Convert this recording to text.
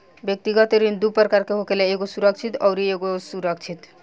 व्यक्तिगत ऋण दू प्रकार के होखेला एगो सुरक्षित अउरी असुरक्षित